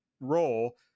role